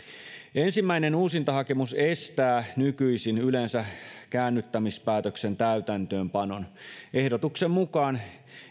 ensimmäinen uusintahakemus estää nykyisin yleensä käännyttämispäätöksen täytäntöönpanon ehdotuksen mukaan